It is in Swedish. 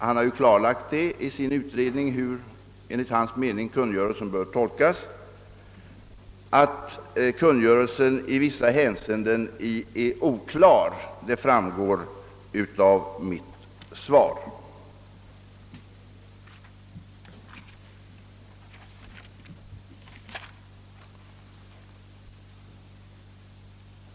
Han har ju i sin utredning klarlagt hur kungörelsen enligt hans mening bör tolkas. Att kungörelsen i vissa hänseenden är oklar framgår av mitt svar.